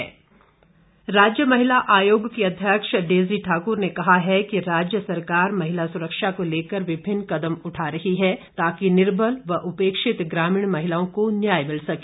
कार्यशाला राज्य महिला आयोग की अध्यक्ष डेजी ठाक्र ने कहा है कि राज्य सरकार महिला सुरक्षा को लेकर विभिन्न कदम उठा रही है ताकि निर्बल व उपेक्षित ग्रामीण महिलाओं को न्याय मिल सके